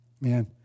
Man